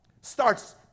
starts